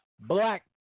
Black